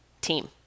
team